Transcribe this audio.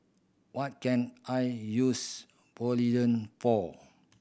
what can I use Polident for